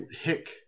hick